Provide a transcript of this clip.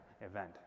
event